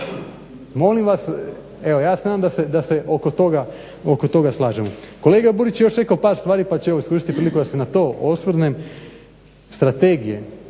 Molim vas, evo ja se nadam da se oko toga slažemo. Kolega Burić je još rekao par stvari pa ću iskoristiti priliku da se na to osvrnem. Strategije,